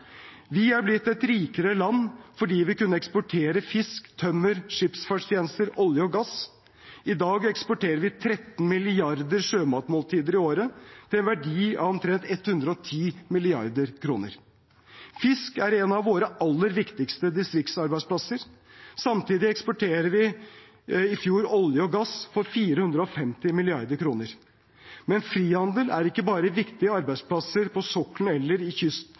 Vi er blitt et rikere land fordi vi kunne eksportere fisk, tømmer, skipsfartstjenester, olje og gass. I dag eksporterer vi 13 milliarder sjømatmåltider i året, til en verdi av omtrent 110 mrd. kr. Fisk er grunnlaget for noen av våre aller viktigste distriktsarbeidsplasser. Samtidig eksporterte vi i fjor olje og gass for hele 450 mrd. kr. Men frihandel er ikke bare viktig for arbeidsplassene på sokkelen eller i